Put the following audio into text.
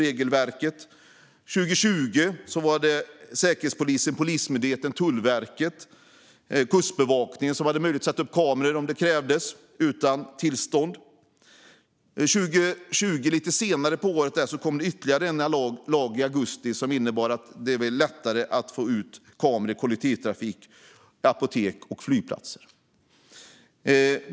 År 2020 fick Säkerhetspolisen, Polismyndigheten, Tullverket och Kustbevakningen möjlighet att utan tillstånd sätta upp kameror om så krävs. Lite senare under 2020, i augusti, kom det ytterligare en lag som innebar att det blev lättare att få ut kameror i kollektivtrafik, på apotek och på flygplatser.